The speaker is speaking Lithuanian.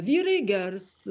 vyrai gers